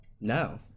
No